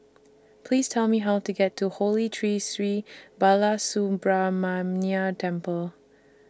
Please Tell Me How to get to Holy Tree Sri Balasubramaniar Temple